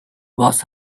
was